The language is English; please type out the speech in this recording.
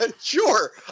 sure